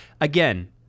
again